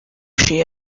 she